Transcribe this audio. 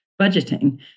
budgeting